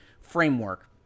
framework